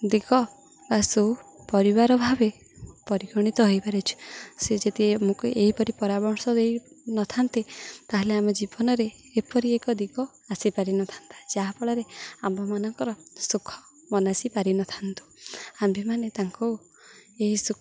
ଦିଗ ବା ସୁ ପରିବାର ଭାବେ ପରିଗଣିତ ହେଇପାରିଛି ସେ ଯଦି ଆମକୁ ଏହିପରି ପରାମର୍ଶ ଦେଇନଥାନ୍ତେ ତା'ହେଲେ ଆମ ଜୀବନରେ ଏପରି ଏକ ଦିଗ ଆସିପାରିନଥାନ୍ତା ଯାହାଫଳରେ ଆମ୍ଭମାନଙ୍କର ସୁଖ ମନାସି ପାରିନଥାନ୍ତୁ ଆମ୍ଭେମାନେ ତାଙ୍କୁ ଏହି ସୁଖ